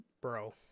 Bro